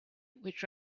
which